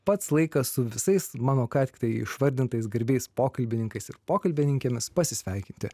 pats laikas su visais mano ką tiktai išvardintais garbiais pokalbininkais ir pokalbininkėmis pasisveikinti